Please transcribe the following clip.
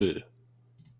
nan